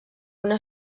una